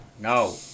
no